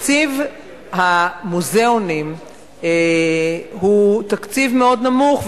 תקציב המוזיאונים הוא תקציב מאוד נמוך,